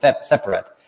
separate